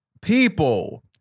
people